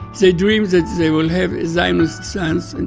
they dreamed that they will have zionist sons,